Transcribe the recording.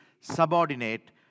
subordinate